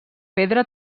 pedra